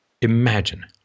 imagine